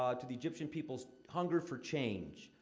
um to the egyptian people's hunger for change.